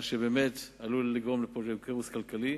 מה שבאמת עלול לגרום פה לכאוס כלכלי.